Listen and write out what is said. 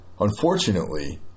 unfortunately